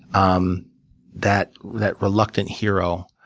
um that that reluctant hero.